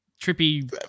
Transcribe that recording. trippy